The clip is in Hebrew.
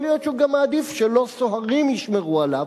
יכול להיות שהוא גם מעדיף שלא סוהרים ישמרו עליו,